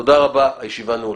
תודה רבה, הישיבה נעולה.